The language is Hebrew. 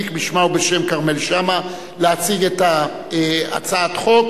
להציג בשמה ובשם כרמל שאמה את הצעת החוק.